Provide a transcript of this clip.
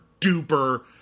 duper